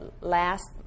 last